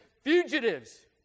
fugitives